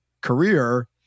career